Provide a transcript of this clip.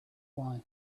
why